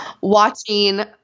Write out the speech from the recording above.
watching